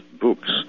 books